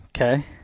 Okay